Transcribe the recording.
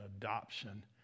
adoption